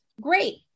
great